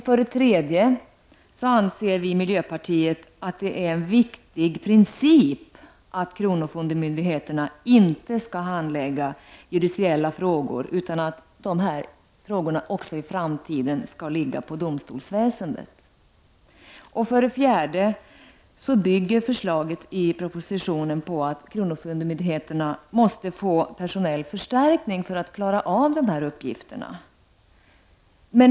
För det tredje anser vi i miljöpartiet att det är en viktig princip att kronofogdemyndigheterna inte skall handlägga judiciella frågor. Dessa frågor skall även i framtiden ligga på domstolsväsendet. För det fjärde bygger förslaget i propositionen på att kronofogdemyndigheterna måste få personell förstärkning för att klara av dessa uppgifter.